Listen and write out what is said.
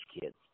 kids